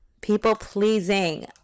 People-pleasing